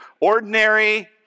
Ordinary